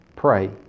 Pray